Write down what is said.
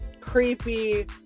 creepy